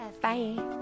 Bye